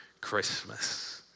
Christmas